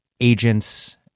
Agents